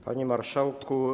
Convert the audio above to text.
Panie Marszałku!